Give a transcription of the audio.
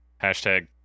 hashtag